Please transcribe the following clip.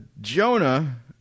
Jonah